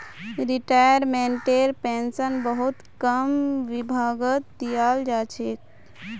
रिटायर्मेन्टटेर pension बहुत कम विभागत दियाल जा छेक